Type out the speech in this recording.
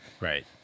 Right